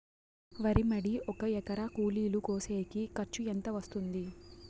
వరి మడి ఒక ఎకరా కూలీలు కోసేకి ఖర్చు ఎంత వస్తుంది?